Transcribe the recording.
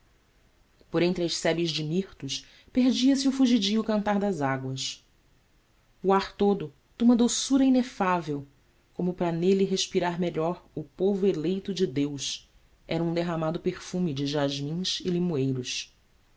as sebes de mirtos perdia-se o fugidio cantar das águas o ar todo de uma doçura inefável como para nele respirar melhor o povo eleito de deus era um derramado perfume de jasmins e limoeiros